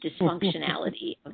dysfunctionality